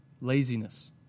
laziness